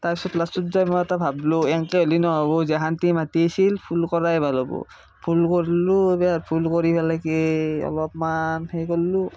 তাৰপিছত লাষ্টত যাই মই এটা ভাবিলোঁ এনেকৈ হ'লে নহ'ব যেহানদি মাটি আছিল ফুল কৰাই ভাল হ'ব ফুল কৰিলোঁ এইবাৰ ফুল কৰি পেলাই কি অলপমান সেই কৰিলোঁ